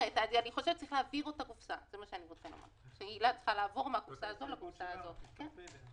להעביר את היל"ה מהקופסה הזו לקופסה אחרת.